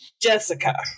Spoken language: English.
Jessica